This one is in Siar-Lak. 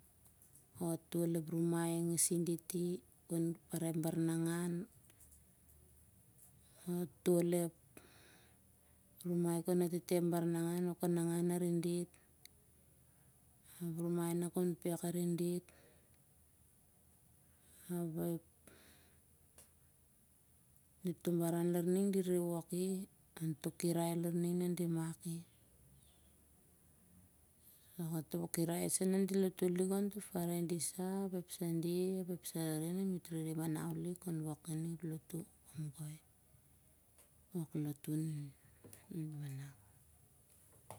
Oh tol ep romai gas in dit kon parai ep baranangan, oh tol ep rumai kon atete ep baranangan ap kon atete ep baranangan ap kon pek arin dit. Ep rumai na kon pek arin dit. ap i toh baran lar ning nah met re wok i ontoh kirai lar ning nah di mak i. mah toh kirai sah na di re lotu lik on toh firide sah ap toh sunde ap ep sarare sah na met re manau kon wok lotu karin e kamgoi.